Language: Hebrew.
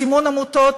סימון עמותות,